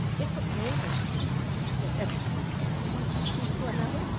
it's okay, but it's not enough, because ethics can change from one company to another,